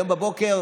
היום בבוקר